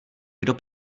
kdo